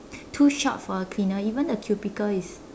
too short for a cleaner even the cubicle is